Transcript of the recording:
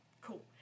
cool